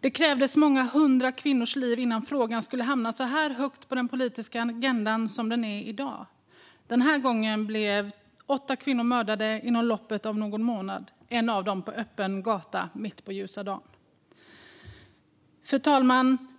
Det krävdes många hundra kvinnors liv innan frågan skulle hamna så högt på den politiska agendan som den är i dag. Den här gången blev åtta kvinnor mördade inom loppet av någon månad, en av dem på öppen gata mitt på ljusa dagen. Fru talman!